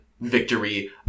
victory